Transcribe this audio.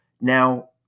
Now